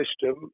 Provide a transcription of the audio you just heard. system